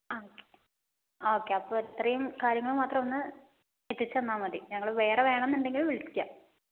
ആ ഓക്കെ അപ്പോൾ ഇത്രയും കാര്യങ്ങൾ മാത്രം ഒന്നെത്തിച്ചു തന്നാൽമതി ഞങ്ങൾ വേറെ വേണമെന്നുണ്ടെങ്കിൽ വിളിക്കാം